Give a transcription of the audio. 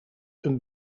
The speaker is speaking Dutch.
een